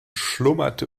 schlummerte